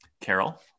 Carol